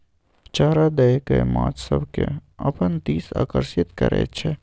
चारा दए कय माछ सभकेँ अपना दिस आकर्षित करैत छै